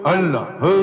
Allah